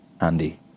Andy